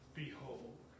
behold